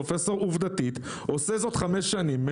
הפרופסור עושה זאת כבר חמש שנים,